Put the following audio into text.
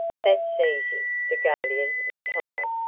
that's easy, the guardian replied.